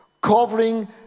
Covering